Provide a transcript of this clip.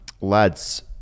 Lads